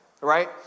right